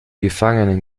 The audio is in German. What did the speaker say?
gefangenen